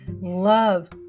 love